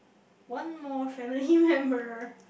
one more family member